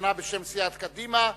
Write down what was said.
הראשונה בשם סיעת קדימה,